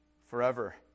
forever